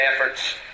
efforts